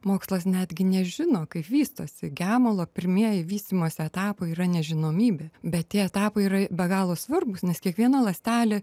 mokslas netgi nežino kaip vystosi gemalo pirmieji vystymosi etapai yra nežinomybė bet tie etapai yra be galo svarbūs nes kiekviena ląstelė